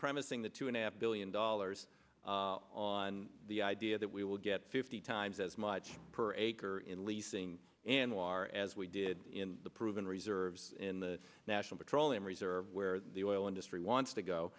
promising the two and a half billion dollars on the idea that we will get fifty times as much per acre in leasing anwar as we did in the proven reserves in the national petroleum reserve where the oil industry wants to go